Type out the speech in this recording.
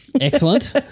Excellent